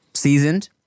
seasoned